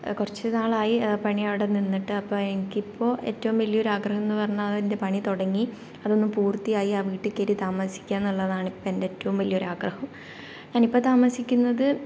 കുറച്ചുനാളായി പണി അവിടെ നിന്നിട്ട് അപ്പോൾ എനിക്കിപ്പോൾ ഏറ്റവും വലിയ ഒരു ആഗ്രഹം എന്ന് പറഞ്ഞാൽ അതിൻ്റെ പണി തുടങ്ങി അതൊന്നു പൂർത്തിയായി ആ വീട്ടിൽ കയറി താമസിക്കുക എന്നുള്ളതാണ് ഇപ്പോൾ എൻ്റെ ഏറ്റവും വലിയ ഒര് ആഗ്രഹം ഞാനിപ്പോൾ താമസിക്കുന്നത്